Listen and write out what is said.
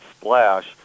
splash